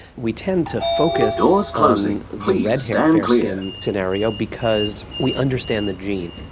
we tend to focus on the red hair, fair skin scenario because we understand the gene.